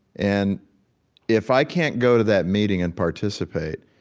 and if i can't go to that meeting and participate,